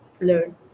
learn